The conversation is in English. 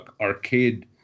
arcade